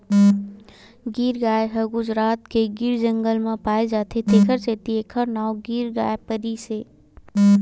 गीर गाय ह गुजरात के गीर जंगल म पाए जाथे तेखर सेती एखर नांव गीर गाय परिस हे